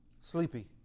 sleepy